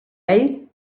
ell